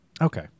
Okay